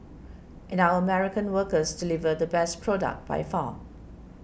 and our American workers deliver the best product by far